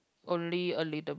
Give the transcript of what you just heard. only a little